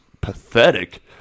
pathetic